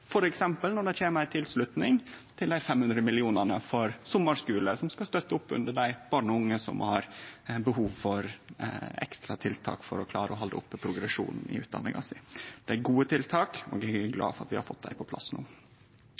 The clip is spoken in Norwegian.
når det kjem ei tilslutning til dei 500 mill. kr til sommarskule, som skal støtte opp under barn og unge som har behov for ekstratiltak for å klare å halde oppe progresjonen i utdanninga si. Det er gode tiltak, og eg er glad for at vi har fått dei på plass no.